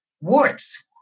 warts